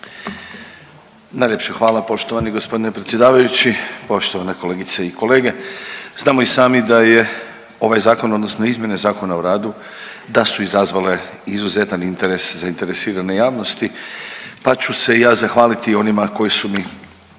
Najljepše hvala poštovani gospodine predsjedavajući. Poštovane kolegice i kolege, znamo i sami da je ovaj zakon odnosno izmjene Zakona o radu da su izazvale izuzetan interes zainteresirane javnosti pa ću se ja zahvaliti onima koji su mi